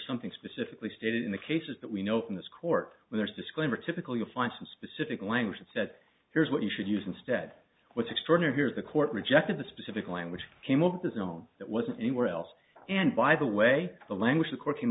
something specifically stated in the cases that we know from this court there's a disclaimer typically to find some specific language that said here's what you should use instead what's extraordinary here is the court rejected the specific language came of this no that wasn't anywhere else and by the way the language the court came